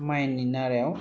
माइनि नारायाव